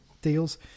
Deals